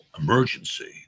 emergency